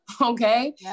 okay